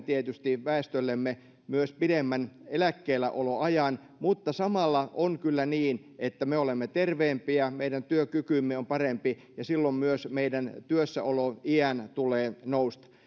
tietysti mielellämme suomme väestöllemme myös pidemmän eläkkeelläoloajan mutta samalla on kyllä niin että me olemme terveempiä meidän työkykymme on parempi ja silloin myös meidän työssäoloiän tulee nousta